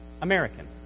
American